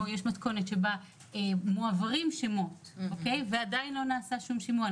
מתכונת שבה מועברים שמות ועדיין לא נעשה שום שימוע.